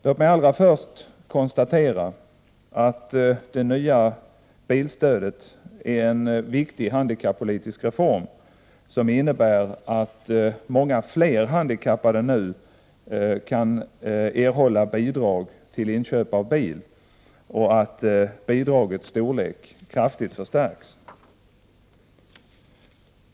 Låt mig allra först konstatera att det nya bilstödet är en viktig handikappolitisk reform, som innebär att många fler handikappade nu kan erhålla bidrag till inköp av bil och att bidragets storlek kraftigt förstärkts.